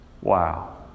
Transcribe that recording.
Wow